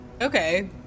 Okay